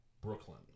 Brooklyn